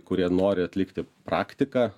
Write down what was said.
kurie nori atlikti praktiką